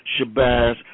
Shabazz